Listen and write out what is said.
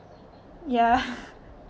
ya